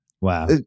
Wow